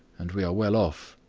and we are well off.